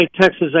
Texas